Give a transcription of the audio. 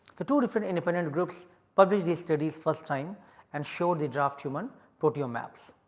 the two different independent groups published these studies first time and showed the draft human proteome maps.